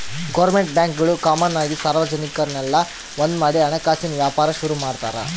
government ಬ್ಯಾಂಕ್ಗುಳು common ಆಗಿ ಸಾರ್ವಜನಿಕುರ್ನೆಲ್ಲ ಒಂದ್ಮಾಡಿ ಹಣಕಾಸಿನ್ ವ್ಯಾಪಾರ ಶುರು ಮಾಡ್ತಾರ